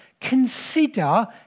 Consider